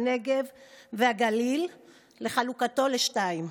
הנגב והגליל וחלוקתו לשניים.